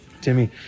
Timmy